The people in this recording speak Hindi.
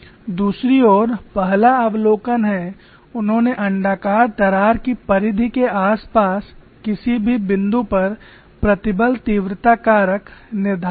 दूसरी ओर पहला अवलोकन है उन्होंने अण्डाकार दरार की परिधि के आसपास किसी भी बिंदु पर प्रतिबल तीव्रता कारक निर्धारित किया